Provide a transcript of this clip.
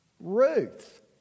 Ruth